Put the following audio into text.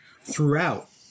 throughout